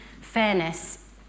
fairness